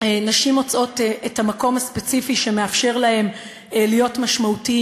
נשים מוצאות את המקום הספציפי שמאפשר להן להיות משמעותיות